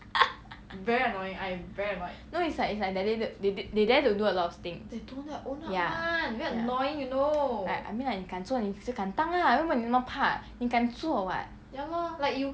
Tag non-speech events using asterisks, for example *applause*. *laughs* no it's like it's like that day they d~ they dare to do a lot of things ya I mean like 你敢做你不是敢当啦为什么你那么怕你敢做 [what]